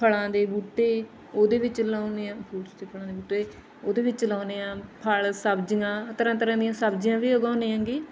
ਫਲਾਂ ਦੇ ਬੂਟੇ ਉਹਦੇ ਵਿੱਚ ਲਾਉਂਦੇ ਹਾਂ ਉਹਦੇ ਵਿੱਚ ਲਾਉਂਦੇ ਹਾਂ ਫਲ ਸਬਜ਼ੀਆਂ ਤਰ੍ਹਾਂ ਤਰ੍ਹਾਂ ਦੀਆਂ ਸਬਜ਼ੀਆਂ ਵੀ ਉਗਾਉਂਦੇ ਹੈਗੇ